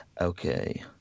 Okay